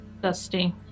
Dusty